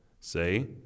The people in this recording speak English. Say